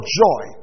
joy